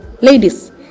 ladies